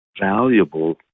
Valuable